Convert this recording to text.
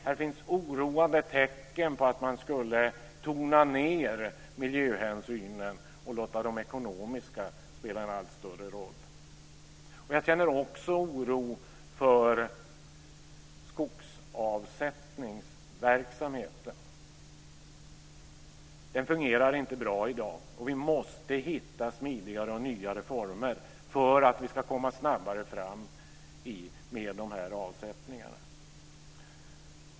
Här finns oroande tecken på att man skulle tona ned miljöhänsynen och låta de ekonomiska spela en allt större roll. Jag känner också oro för skogsavsättningsverksamheten. Den fungerar inte bra i dag, och vi måste hitta smidigare och nyare former för att vi ska komma snabbare fram med de här avsättningarna.